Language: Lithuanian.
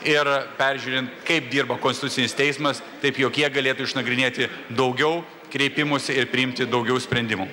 ir peržiūrint kaip dirba konstitucinis teismas taip jog jie galėtų išnagrinėti daugiau kreipimųsi ir priimti daugiau sprendimų